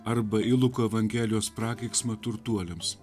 arba į luko evangelijos prakeiksmą turtuoliams